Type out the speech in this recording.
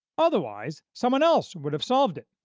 otherwise, someone else would have solved it.